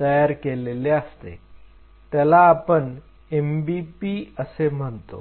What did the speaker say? तयार केलेले असते त्याला आपण MBP असे म्हणतो